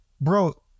bro